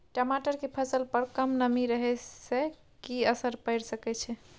टमाटर के फसल पर कम नमी रहै से कि असर पैर सके छै?